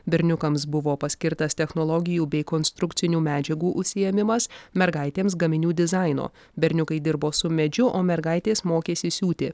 berniukams buvo paskirtas technologijų bei konstrukcinių medžiagų užsiėmimas mergaitėms gaminių dizaino berniukai dirbo su medžiu o mergaitės mokėsi siūti